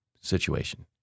situation